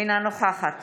אינה נוכחת